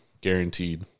guaranteed